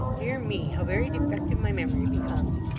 dear me, how very defective my memory becomes!